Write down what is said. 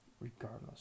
regardless